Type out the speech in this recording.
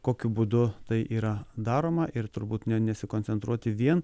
kokiu būdu tai yra daroma ir turbūt ne nesikoncentruoti vien